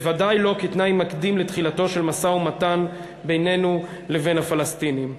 בוודאי לא כתנאי מקדים לתחילתו של משא-ומתן בינינו לבין הפלסטינים.